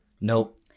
Nope